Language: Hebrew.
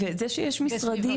וזה שיש משרדים,